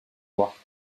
loire